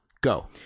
Go